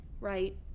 right